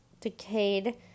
decayed